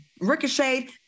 ricocheted